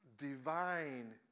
divine